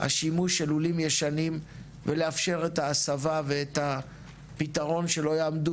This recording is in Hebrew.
השימוש של לולים ישנים ולאפשר את ההסבה ואת הפתרון שלא יעמדו